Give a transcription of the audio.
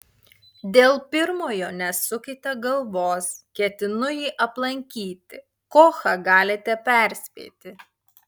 dėl pirmojo nesukite galvos ketinu jį aplankyti kochą galite perspėti